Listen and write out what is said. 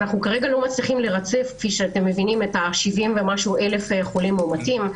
אנחנו לא מצליחים לרצף 70 אלף חולים מאומתים.